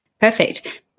Perfect